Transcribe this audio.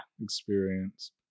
...experience